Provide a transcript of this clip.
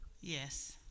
Yes